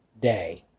day